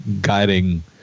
guiding